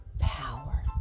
power